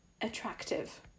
attractive